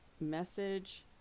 message